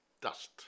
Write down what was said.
dust